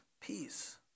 peace